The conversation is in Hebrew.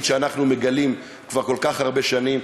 שאנחנו מגלים כבר כל כך הרבה שנים.